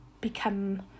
become